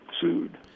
sued